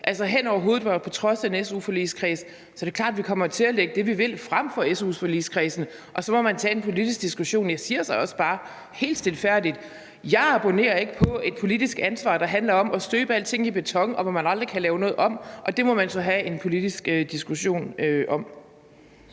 hen over hovedet på en su-forligskreds, så er det klart, at vi kommer til at lægge det, vi vil, frem for su-forligskredsen, og så må man tage en politisk diskussion. Jeg siger så også bare helt stilfærdigt: Jeg abonnerer ikke på et politisk ansvar, der handler om at støbe alting i beton, og hvor man aldrig kan lave noget om, og det må man så have en politisk diskussion om.